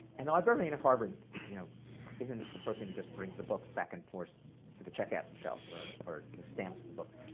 and the librarian of harvard you know isn't the person who just brings the books back and forth to the checkout shelf or who stamps the books.